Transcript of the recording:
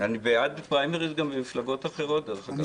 אני בעד פריימריז גם במפלגות אחרות, דרך אגב.